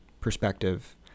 perspective